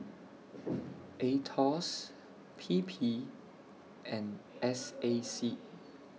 Aetos P P and S A C